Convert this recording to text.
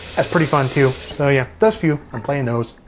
that's pretty fun too. so yeah, those few, i'm playing those.